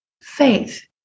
Faith